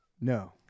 No